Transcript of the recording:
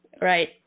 right